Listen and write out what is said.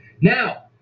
Now